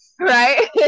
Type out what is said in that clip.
right